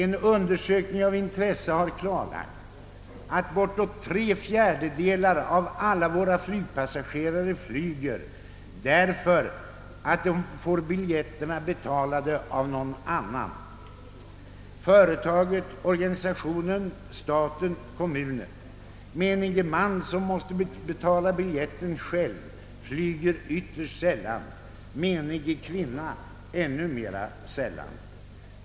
En undersökning av intresse har klarlagt att bortåt tre fjärdedelar av alla våra flygpassagerare flyger därför att de får biljetterna betalade av någon annan: företaget, organisationen, staten eller kommunen. Menige man som måste betala biljetten själv flyger ytterst sällan — meniga kvinna ännu mera sällan.